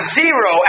zero